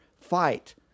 fight